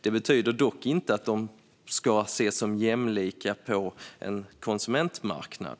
Det betyder dock inte att de ska ses som jämlika på en konsumentmarknad.